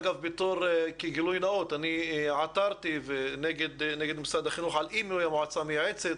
אגב כגילוי נאות אני עתרתי נגד משרד החינוך על אי מינוי המועצה המייעצת.